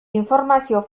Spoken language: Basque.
informazio